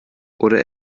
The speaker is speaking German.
oder